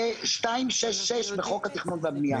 ו-266 בחוק התכנון והבנייה.